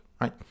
right